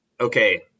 okay